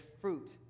fruit